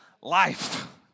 life